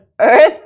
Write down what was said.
earth